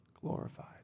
glorified